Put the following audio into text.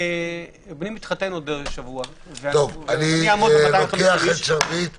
בני מתחתן בעוד שבוע --- אני לוקח את שרביט הניהול.